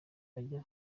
banjye